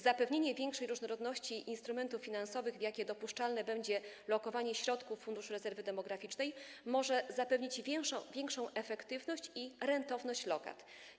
Zapewnienie większej różnorodności instrumentów finansowych, w jakie dopuszczalne będzie lokowanie środków Funduszu Rezerwy Demograficznej, może zapewnić większą efektywność i rentowność lokat.